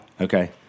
Okay